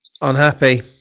Unhappy